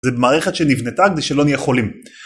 זה מערכת שנבנתה כדי שלא נהיה חולים.